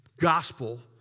gospel